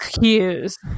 cues